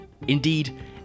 Indeed